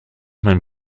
mijn